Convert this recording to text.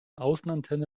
außenantenne